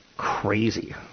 crazy